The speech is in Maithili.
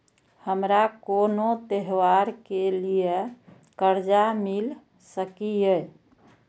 हमारा कोनो त्योहार के लिए कर्जा मिल सकीये?